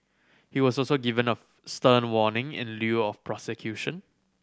he was also given a stern warning in lieu of prosecution